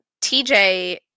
TJ